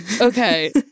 Okay